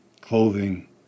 clothing